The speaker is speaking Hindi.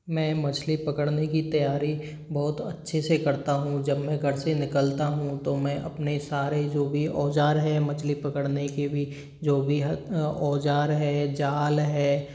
मैं मछली पकड़ने की तैयारी बहुत अच्छे से करता हूँ जब मैं घर से निकलता हूँ तो मैं अपने सारे जो भी औज़ार हैं मछली पकड़ने के भी जो भी है औज़ार हैं जाल है